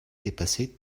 dépassait